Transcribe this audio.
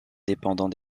dépendant